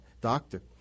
doctor